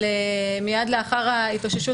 מיד לאחר ההתאוששות,